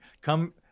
come